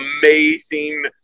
amazing